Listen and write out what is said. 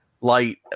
light